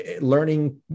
Learning